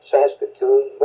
Saskatoon